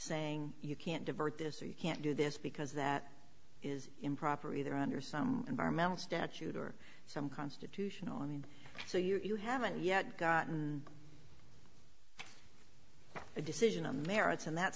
saying you can't divert this you can't do this because that is improper either under some environmental statute or some constitutional and so you haven't yet gotten decision on the merits and that's